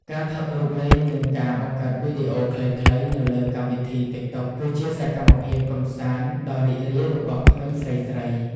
ការថតរូបលេងនិងការបង្កើតវីដេអូខ្លីៗនៅលើកម្មវិធីទិកតុកគឺជាសកម្មភាពកម្សាន្តដ៏រីករាយរបស់ក្មេងស្រីៗ។